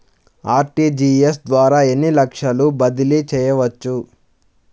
RTGS ద్వారా ఎన్ని లక్షలు బదిలీ చేయవచ్చు?